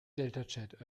deltachat